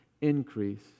increase